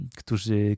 którzy